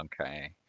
Okay